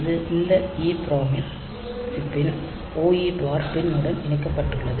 இது இந்த EPROM சிப்பின் OE பார் பின் உடன் இணைக்கப்பட்டுள்ளது